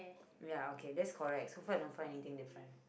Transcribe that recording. ya okay that's correct so far I don't find anything different